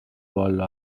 والا